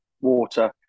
water